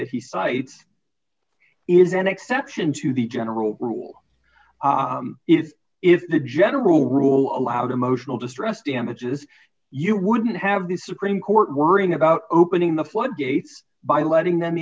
that he cites is an exception to the general rule is if the general rule allowed emotional distress damages you wouldn't have the supreme court worrying about opening the floodgates by letting them